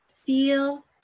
Feel